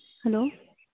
hello